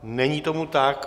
Není tomu tak.